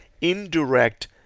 indirect